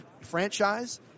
franchise